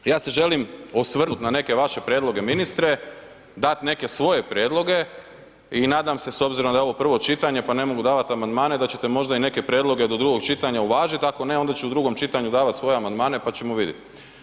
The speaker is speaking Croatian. Ja se želim osvrnuti na neke vaše prijedloge ministre, dat neke svoje prijedloge i nadam se s obzirom da je ovo prvo čitanje pa ne mogu davat amandmane da ćete možda i neke prijedloge do drugog čitanja uvažiti, ako ne onda ću u drugom čitanju davati svoje amandmane pa ćemo vidjeti.